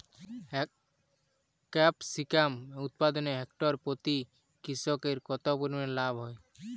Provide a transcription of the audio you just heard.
Capsicum উৎপাদনে hectare প্রতি কৃষকের কত পরিমান লাভ হয়?